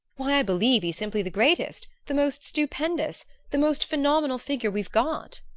why, i believe he's simply the greatest the most stupendous the most phenomenal figure we've got!